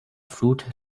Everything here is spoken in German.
flut